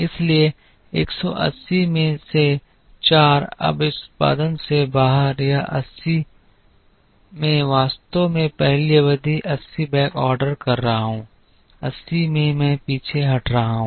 इसलिए 180 में से 4 अब इस उत्पादन से बाहर यह 80 मैं वास्तव में पहली अवधि 80 बैकऑर्डर कर रहा हूं 80 मैं मैं पीछे हट रहा हूं